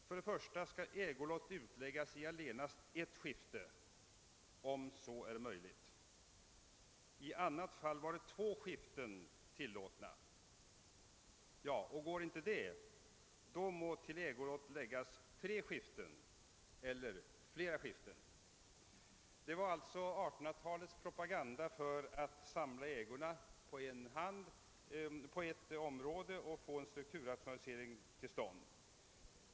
För det första skall ägolott utläggas i allenast ett skifte om så är möjligt. I annat fall vare två skiften tillåtna. Går inte det, må till ägolott läggas tre eller flera skiften. Det var alltså 1800-talets propaganda för att samla ägorna på ett område och få en strukturrationalisering till stånd.